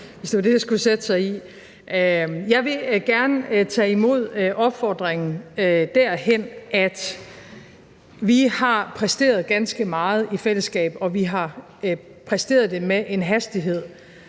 hvis det var det, det skulle sætte sig i. Jeg vil gerne tage imod opfordringen derhen, at vi har præsteret ganske meget i fællesskab, og vi har præsteret det med en hastighed,